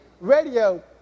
radio